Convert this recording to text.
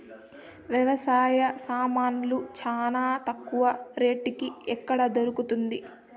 వ్యవసాయ సామాన్లు చానా తక్కువ రేటుకి ఎక్కడ దొరుకుతుంది?